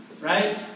Right